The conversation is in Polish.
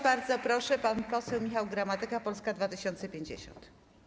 Bardzo proszę, pan poseł Michał Gramatyka, Polska 2050.